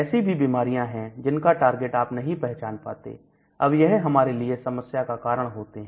ऐसी भी बीमारियां हैं जिनका टारगेट आप नहीं पहचान पाते हैं अब यह हमारे लिए समस्या का कारण होते हैं